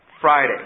Friday